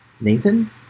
Nathan